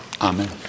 Amen